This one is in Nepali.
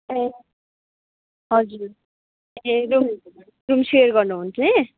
ए हजुर ए रुम रुम सेयर गर्नुहुने